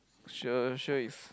sure sure is